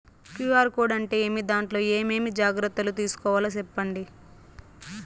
QR code అంటే ఏమి? దాంట్లో ఏ ఏమేమి జాగ్రత్తలు తీసుకోవాలో సెప్పండి?